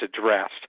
addressed